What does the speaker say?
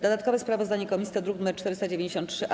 Dodatkowe sprawozdanie komisji to druk nr 493-A.